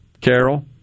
Carol